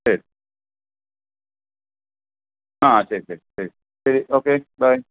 ശരി ആ ശരി ശരി ശരി ശരി ഓക്കെ ബൈ